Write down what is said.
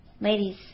ladies